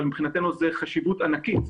אבל מבחינתנו יש לזה חשיבות ענקית.